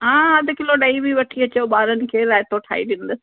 हा हा अधि किलो ॾही बि वठी अचो ॿारनि खे राइतो ठाहे ॾींदसि